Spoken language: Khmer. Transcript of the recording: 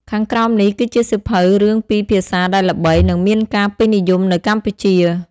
ខាងក្រោមនេះគឺជាសៀវភៅរឿងពីរភាសាដែលល្បី និងមានការពេញនិយមនៅកម្ពុជា